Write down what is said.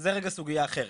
רגע, זו סוגיה אחרת.